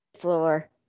floor